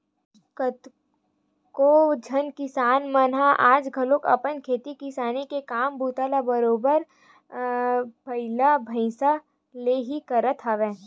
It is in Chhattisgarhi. कतको झन किसान मन ह आज घलो अपन खेती किसानी के काम बूता ल बरोबर बइला भइसा ले ही करत हवय